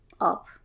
up